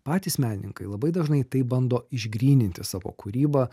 patys menininkai labai dažnai taip bando išgryninti savo kūrybą